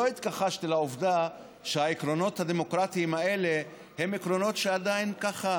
לא התכחשתי לעובדה שהעקרונות הדמוקרטיים האלה הם עקרונות שעדיין ככה